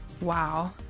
wow